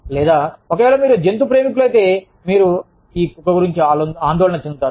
లేదా ఒకవేళ మీరు జంతు ప్రేమికులైతే మీరు ఈ కుక్క గురించి ఆందోళన చెందుతారు